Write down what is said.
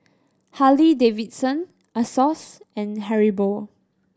Harley Davidson Asos and Haribo